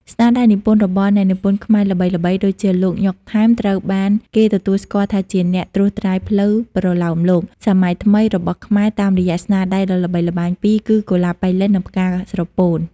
ស្នាដៃនិពន្ធរបស់អ្នកនិពន្ធខ្មែរល្បីៗដូចជាលោក ញ៉ុក ថែម ត្រូវបានគេទទួលស្គាល់ថាជាអ្នកត្រួសត្រាយផ្លូវប្រលោមលោកសម័យថ្មីរបស់ខ្មែរតាមរយៈស្នាដៃដ៏ល្បីល្បាញពីរគឺ កុលាបប៉ៃលិន និង ផ្កាស្រពោន។